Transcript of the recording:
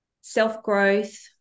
self-growth